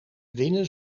winnen